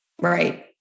Right